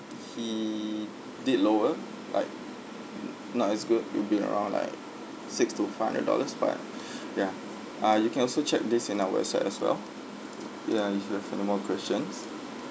he did lower like n~ not as good it'll be around like six to five hundred dollars but ya ah you can also check this in our website as well ya if you have any more questions